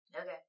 Okay